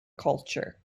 culture